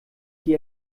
die